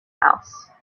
house